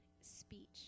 speech